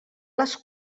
les